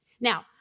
Now